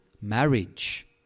marriage